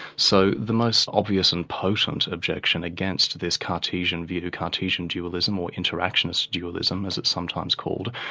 so the most obvious and potent objection against this cartesian view, cartesian dualism, or interactionist dualism, as it's sometimes called,